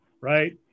right